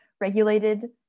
regulated